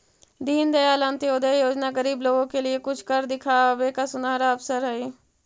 दीनदयाल अंत्योदय योजना गरीब लोगों के लिए कुछ कर दिखावे का सुनहरा अवसर हई